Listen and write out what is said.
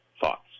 thoughts